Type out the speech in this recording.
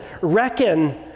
reckon